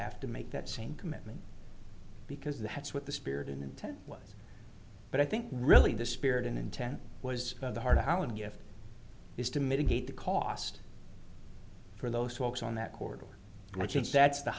have to make that same commitment because that's what the spirit and intent was but i think really the spirit and intent was the heart of how and gift is to mitigate the cost for those folks on that cordle which in stats the